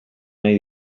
nahi